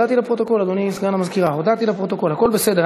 אדוני סגן המזכירה, הודעתי לפרוטוקול, הכול בסדר.